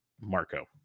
Marco